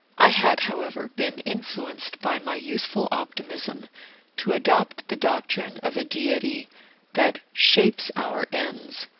i had, however, been influenced by my youthful optimism to adopt the doctrine of a deity that shapes our ends,